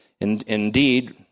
Indeed